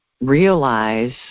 realize